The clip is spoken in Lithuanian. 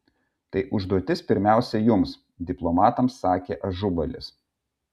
tai užduotis pirmiausia jums diplomatams sakė ažubalis